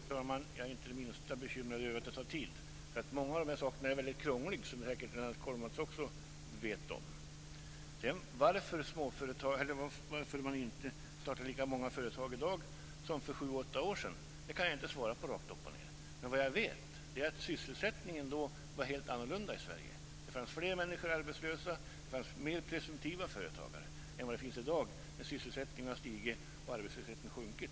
Fru talman! Jag är inte det minsta bekymrad över att det tar tid. Många av de här frågorna är krångliga, som säkert Lennart Kollmats också vet. Jag kan inte svara rakt upp och ned på varför man inte startar lika många företag i dag som för 7-8 år sedan. Vad jag vet är att sysselsättningssituationen var helt annorlunda i Sverige då. Det fanns fler människor arbetslösa och fler presumtiva företagare än i dag, när sysselsättningen har stigit och arbetslösheten sjunkit.